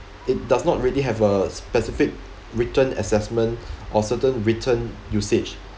it does not really have a specific written assessment or certain written usage